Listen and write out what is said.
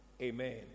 Amen